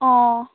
অঁ